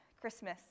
Christmas